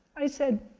i said,